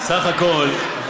בסך הכול,